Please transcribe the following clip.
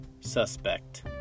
suspect